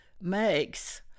makes